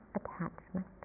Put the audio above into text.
attachment